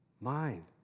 mind